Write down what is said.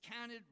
counted